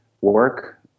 work